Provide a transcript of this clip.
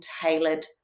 tailored